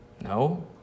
No